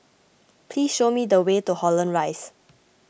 please show me the way to Holland Rise